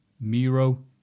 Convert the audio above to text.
Miro